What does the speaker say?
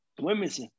women's